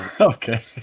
Okay